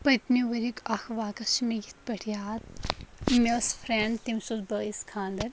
پٔتمہِ ؤرۍ یُک اَکھ واقع چھُ مےٚ یِتھ پٲٹھۍ یاد مےٚ ٲسۍ فرنٛڈ تٔمِس اوس بٲیِس خاندَر